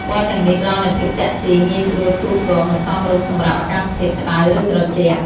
ពណ៌ទាំងនេះផ្ដល់នូវភាពទាក់ទាញ ងាយស្រួលផ្គូផ្គង និងសមរម្យសម្រាប់អាកាសធាតុក្ដៅ ឬត្រជាក់។